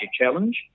challenge